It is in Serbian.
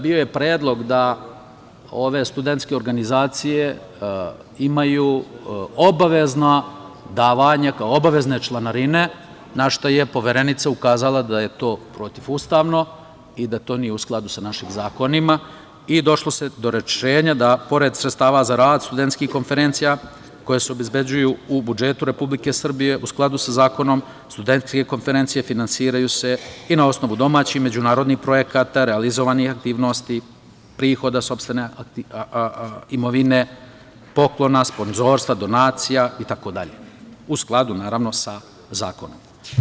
Bio je predlog da ove studentske organizacije imaju obavezna davanja kao obavezne članarine, na šta je Poverenica ukazala da je to protivustavno i da to nije u skladu sa našim zakonima i došlo se do rešenja da pored sredstava za rad studentskih konferencija, koje se obezbeđuju u budžetu Republike Srbije u skladu sa zakonom studentske konferencije finansiraju se i na osnovu domaćih i međunarodnih projekata, realizovanih aktivnosti, prihoda sopstvene imovine, poklona, sponzorstva, donacija itd, naravno, u skladu sa zakonom.